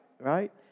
Right